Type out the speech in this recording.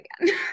again